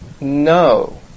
No